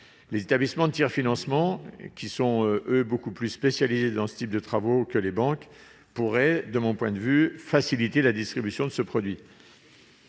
Les établissements de tiers-financement, qui, eux, sont beaucoup plus spécialisés dans ce type de travaux que les banques, pourraient, de mon point de vue, faciliter la distribution de ce produit.